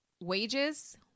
wages